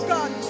God